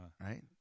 right